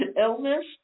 illness